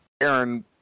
Aaron